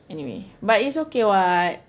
anyway but it's okay [what]